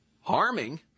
Harming